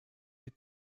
die